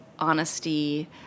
honesty